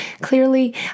clearly